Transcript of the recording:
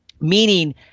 Meaning